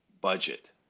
budget